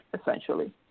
essentially